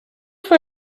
for